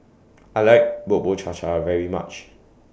I like Bubur Cha Cha very much